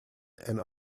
and